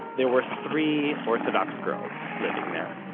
there were three orthodox girls living there.